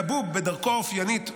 כבוב, בדרכו האופיינית והלא-דופקת-חשבון,